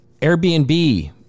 Airbnb